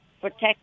protect